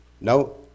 no